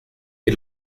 que